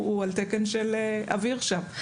הוא על תקן אוויר שם.